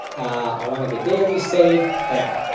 i want to get daily save down